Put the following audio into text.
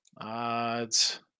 Odds